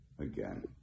again